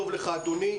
שלום לך אדוני.